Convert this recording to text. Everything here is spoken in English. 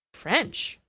french!